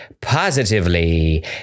positively